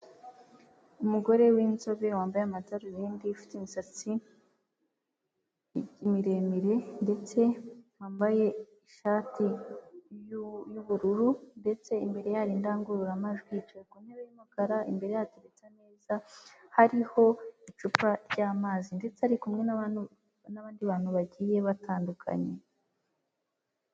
Umugore w'inzobe wambaye amadarubindi ufite imisatsi miremire, ndetse wambaye ishati y'ubururu ndetse imbere ye hari indangururamajwi yicaye ku ntebe y'umukara, imbere ye hateretse ameza hariho icupa ry'amazi, ndetse ari kumwe n'abantu n'abandi bantu bagiye batandukanye.